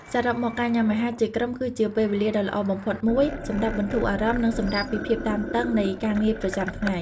សរុបមក ការញ៉ាំអាហារជាក្រុមគឺជាពេលវេលាដ៏ល្អបំផុតមួយសម្រាប់បន្ធូរអារម្មណ៍និងសម្រាកពីភាពតានតឹងនៃការងារប្រចាំថ្ងៃ។